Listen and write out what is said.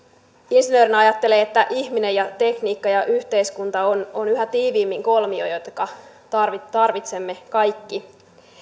insinöörinä ajattelee että ihminen tekniikka ja yhteiskunta ovat yhä tiiviimmin kolmio josta tarvitsemme kaikkia